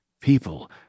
people